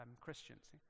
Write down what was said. Christians